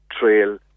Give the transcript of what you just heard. trail